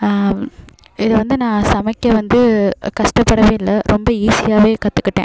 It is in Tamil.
இது வந்து நான் சமைக்க வந்து கஷ்டப்படவே இல்லை ரொம்ப ஈசியாகவே கற்றுக்கிட்டேன்